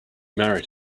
married